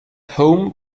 home